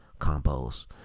combos